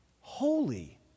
holy